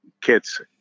kids